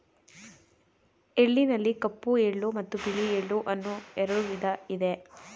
ಎಳ್ಳಿನಲ್ಲಿ ಕಪ್ಪು ಎಳ್ಳು ಮತ್ತು ಬಿಳಿ ಎಳ್ಳು ಅನ್ನೂ ಎರಡು ವಿಧ ಇದೆ